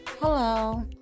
Hello